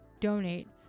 donate